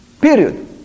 Period